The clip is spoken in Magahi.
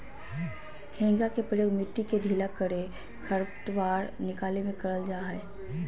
हेंगा के प्रयोग मिट्टी के ढीला करे, खरपतवार निकाले में करल जा हइ